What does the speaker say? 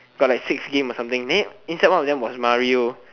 got like six game or something then inside one of them was like mario